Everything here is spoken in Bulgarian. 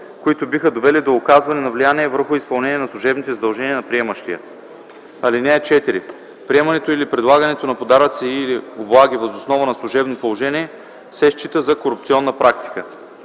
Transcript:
които биха довели до оказване на влияние върху изпълнението на служебните задължения на приемащия. (4) Приемането или предлагането на подаръци или облаги въз основа на служебно положение се счита за корупционна практика.